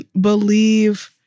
believe